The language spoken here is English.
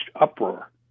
uproar